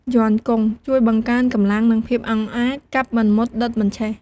យ័ន្តគង់ ជួយបង្កើនកម្លាំង និងភាពអង់អាច កាប់មិនមុត ដុតមិនឆេះ។